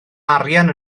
arian